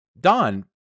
Don